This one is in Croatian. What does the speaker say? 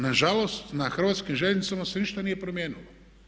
Nažalost, na Hrvatskim željeznicama se ništa nije promijenilo.